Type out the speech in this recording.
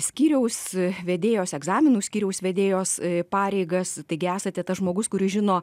skyriaus vedėjos egzaminų skyriaus vedėjos pareigas taigi esate tas žmogus kuris žino